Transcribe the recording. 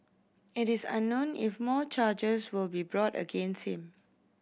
it is unknown if more charges will be brought against him